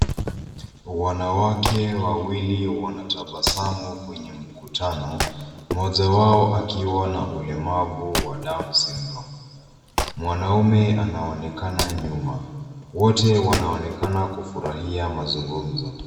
Wanawake wawili wanatabasamu kwenye muktano, moja wao akiwa na ulemavu wa down syndrome. Mwanamume anaonekana nyuma. Wote wanaonekana kufurahia mazungumzo.